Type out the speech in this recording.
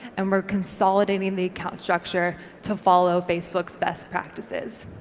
and we're consolidating the account structure to follow facebook's best practices.